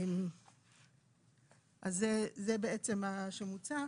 זה בעצם מה שמוצע.